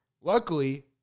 Luckily